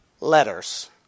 letters